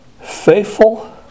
Faithful